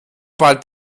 bald